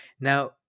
Now